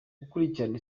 gukurikirana